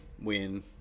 win